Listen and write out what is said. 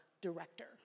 director